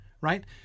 right